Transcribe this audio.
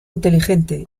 inteligente